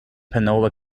panola